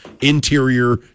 interior